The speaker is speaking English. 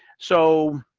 so,